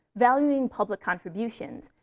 valuing public contributions,